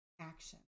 action